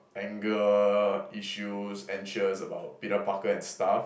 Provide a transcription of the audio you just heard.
anger issues anxious about Peter Parker and stuff